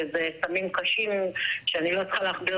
שאלה סמים קשים ושאני לא צריכה להכביר